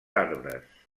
arbres